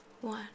one